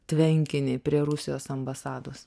tvenkinį prie rusijos ambasados